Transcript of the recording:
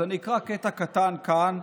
אז אני אקרא קטע קטן כאן,